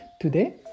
today